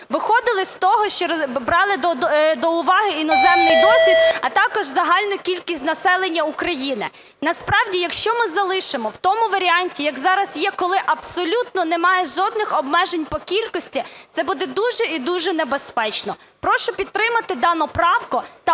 Виходили з того, що брали до уваги іноземний досвід, а також загальну кількість населення України. Насправді, якщо ми залишимо у тому варіанті, як зараз є, коли абсолютно немає жодних обмежень по кількості, це буде дуже і дуже небезпечно. Прошу підтримати дану правку та зробити